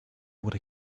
would